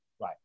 Right